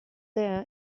their